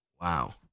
Wow